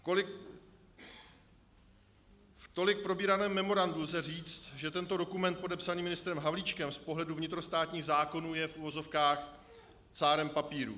K tolik probíranému memorandu lze říct, že tento dokument podepsaný ministrem Havlíčkem z pohledu vnitrostátních zákonů je v uvozovkách cárem papíru.